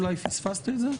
אולי פספסתי את זה?